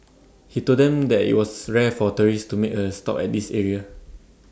he told them that IT was rare for tourists to make A stop at this area